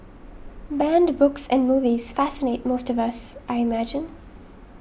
banned books and movies fascinate most of us I imagine